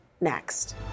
next